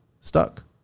stuck